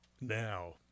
Now